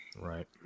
right